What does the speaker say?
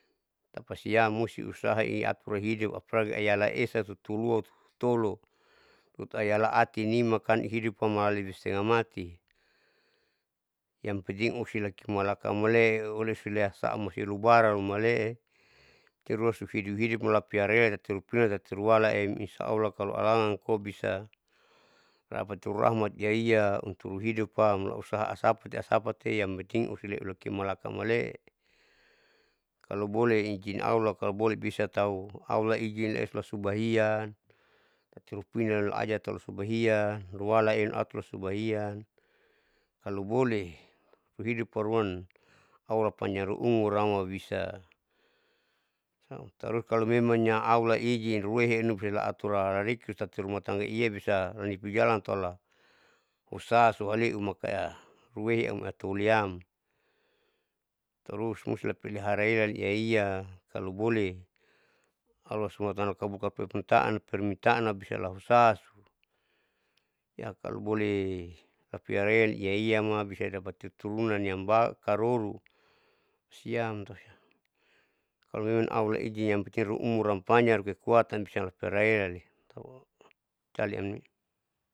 Tapasiam musti usaha iatulehidup apalagi hialaesa tutulua hututolo tutu ayala atinimakan hidup amala lebih setengah mati yang penting osila kimalaka malee olisiesamusti rubarang rumalee terus usilahidup nimala ela tati rupinan rualae insyaallah kalo alangan koa bisa dapati urahmat iaia utntung hidupam laha asapate asapate yangpnti usale timalaka malee, kaloboleh ijin allah kaloboleh bisatau allah ijin lasubahian tatu pupurina amajak tahu subahian rualaem aturla subahian kalo boleh hidup aruan allah panjang niaru umuram bisa tarus kalo memangnya allah ijin ruehe bisa laaturla rariki tati rumatangga iye bisa nipijalan lautala usaha ualeu mangkali huei amhuliam, tarus musti lapeliharaem selali iaia kaloboleh allah subahana watalla kabulkan permintaan permintaan nam bisa lahusa iya kaloboleh tapi arean iaiama bisa idapati turunan yang bakaroro siam, kalo memang allah ijin umuram panjang nilekuatan bisala raelai caliam.